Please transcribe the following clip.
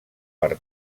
per